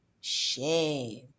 shame